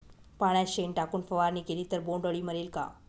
पाण्यात शेण टाकून फवारणी केली तर बोंडअळी मरेल का?